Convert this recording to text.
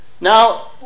Now